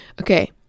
Okay